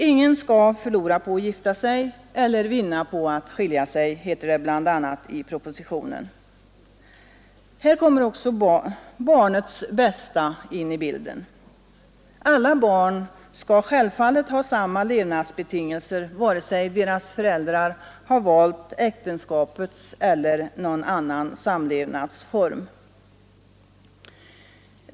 Ingen skall förlora på att gifta sig eller vinna på att skiljas, heter det bl.a. i propositionen Här kommer också barnets bästa in i bilden. Alla barn skall självfallet ha samma levnadsbetingelser, oavsett om deras föräldrar har valt äktenskapet eller någon annan samlevnadsform.